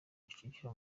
kicukiro